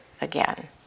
again